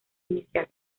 inicial